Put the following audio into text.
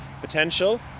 potential